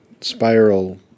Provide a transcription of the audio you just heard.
spiral